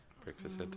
Breakfast